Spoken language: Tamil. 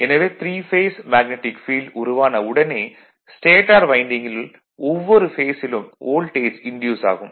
எனவே 3 பேஸ் மேக்னடிக் ஃபீல்டு உருவான உடனே ஸ்டேடார் வைண்டிங்கில் ஒவ்வொரு பேஸிலும் வோல்டேஜ் இண்டியூஸ் ஆகும்